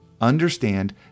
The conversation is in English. understand